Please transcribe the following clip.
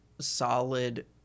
solid